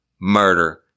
murder